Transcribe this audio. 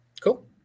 Cool